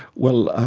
well,